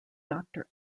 doctor